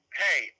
hey